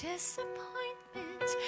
disappointment